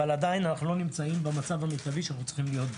אבל עדיין אנחנו לא נמצאים במצב המיטבי שאנחנו צריכים להיות בו.